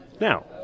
Now